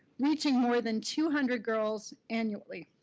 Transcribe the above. reaching more than two hundred girls annually.